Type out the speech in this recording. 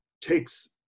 takes